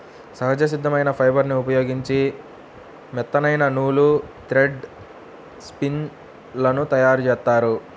సహజ సిద్ధమైన ఫైబర్ని ఉపయోగించి మెత్తనైన నూలు, థ్రెడ్ స్పిన్ లను తయ్యారుజేత్తారు